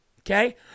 okay